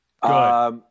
Good